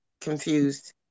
confused